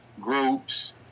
groups